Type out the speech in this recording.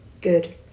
Good